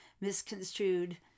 misconstrued